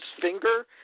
finger